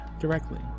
directly